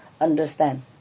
understand